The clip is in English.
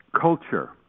culture